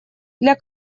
для